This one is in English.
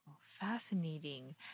fascinating